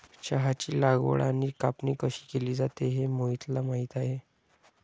चहाची लागवड आणि कापणी कशी केली जाते हे मोहितला माहित आहे